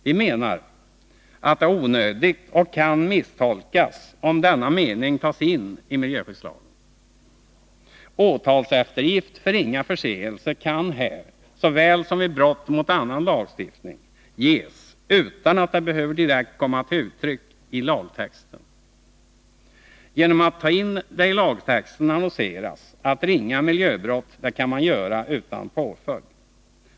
Vi menar att det är onödigt och kan misstolkas, om denna mening tas in i miljöskyddslagen. Åtalseftergift för ringa förseelse kan ges, här såväl som vid brott mot annan lagstiftning, utan att det behöver direkt komma till uttryck i lagtexten. Genom att ta in det i lagtexten annonserar man att ringa miljöbrott kan göras utan påföljd.